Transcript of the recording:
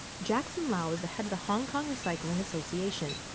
jackson lau is the head of the hong kong recycling association.